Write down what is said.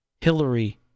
Hillary